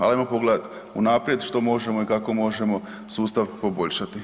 Ali ajmo pogledati unaprijed što možemo i kako možemo sustav poboljšati.